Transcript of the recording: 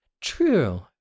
True